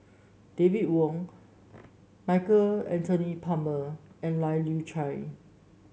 David Wong Michael Anthony Palmer and Lai Kew Chai